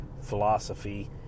philosophy